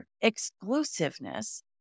exclusiveness